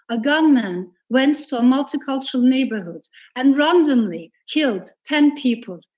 a gunman went to a multicultural neighborhood and randomly killed ten people.